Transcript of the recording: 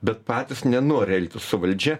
bet patys nenori elgtis su valdžia